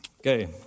Okay